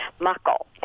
Muckle